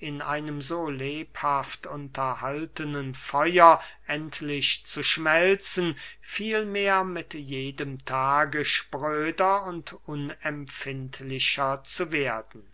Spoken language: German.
in einem so lebhaft unterhaltenen feuer endlich zu schmelzen vielmehr mit jedem tage spröder und unempfindlicher zu werden